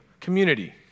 Community